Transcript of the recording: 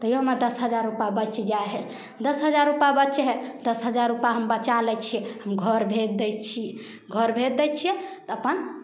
तैओ हमरा दस हजार रुपा बचि जाइ हइ दस हजार रुपा बचै हइ दस हजार रुपा हम बचा लै छिए हम घर भेज दै छी घर भेज दै छिए तऽ अपन